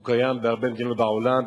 זה קיים בהרבה מדינות בעולם.